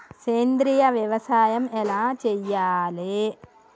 సేంద్రీయ వ్యవసాయం ఎలా చెయ్యాలే?